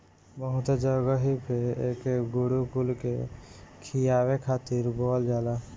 बहुते जगही पे एके गोरु कुल के खियावे खातिर बोअल जाला